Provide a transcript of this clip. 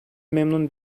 memnun